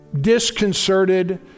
disconcerted